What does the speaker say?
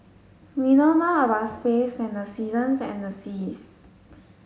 we know more about space than the seasons and the seas